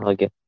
Okay